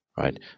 right